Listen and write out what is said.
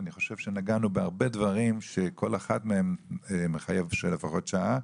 אני חושב שנגענו בהרבה דברים שכל אחד מהם מחייב לפחות שעה.